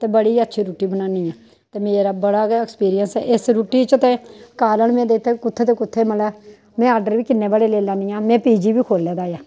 ते बड़ी गै अच्छी रुट्टी बनान्नी आं ते मेरा बड़ा गै एक्सपीरियंस ऐ इस रुट्टी च ते कारण में ते कु'त्थै ते कु'त्थै मतलब में ऑर्डर बी कि'न्ने बड़े लेई लैन्नी आं में पी जी बी खो'ल्ले दा ऐ